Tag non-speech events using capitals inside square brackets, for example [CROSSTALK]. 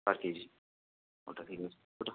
পার KG ওটা [UNINTELLIGIBLE]